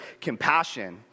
compassion